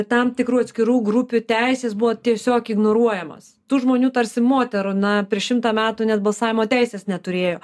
tam tikrų atskirų grupių teisės buvo tiesiog ignoruojamos tų žmonių tarsi moterų na prieš šimtą metų net balsavimo teisės neturėjo